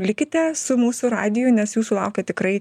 likite su mūsų radiju nes jūsų laukia tikrai